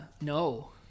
no